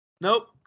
Nope